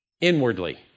inwardly